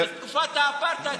בתקופת האפרטהייד,